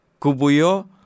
kubuyo